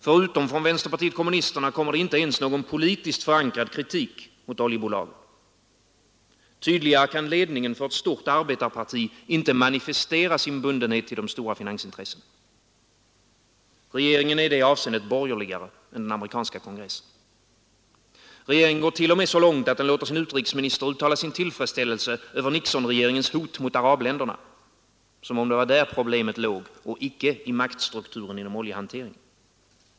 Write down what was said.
Förutom från vänsterpartiet kommunisterna kommer det inte ens någon politiskt förankrad kritik mot oljebolagen. Tydligare kan ledningen för ett stort arbetarparti inte manifestera sin bundenhet till de stora finansintressena. Regeringen är i detta avseende borgerligare än den amerikanska kongressen. Regeringen går t.o.m. så långt att den låter sin utrikesminister uttala sin tillfredsställelse över Nixonregeringens hot mot arabländerna — som om det var där problemet låg och icke i maktstrukturen inom oljehanteringen.